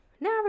now